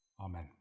Amen